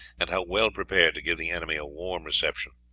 and how well prepared to give the enemy a warm reception.